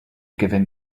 giving